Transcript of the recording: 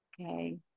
Okay